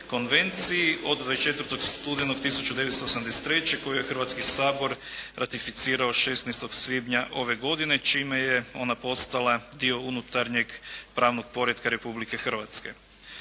konvenciji. Od 24. studenog 1983. koju je Hrvatski sabor ratificirao 16. svibnja ove godine čime je ona postala dio unutarnjeg pravnog poretka Republike Hrvatske.